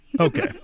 Okay